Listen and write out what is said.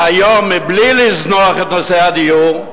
מהיום, בלי לזנוח את נושא הדיור,